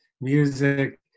music